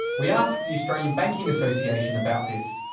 we asked the australian banking association about this.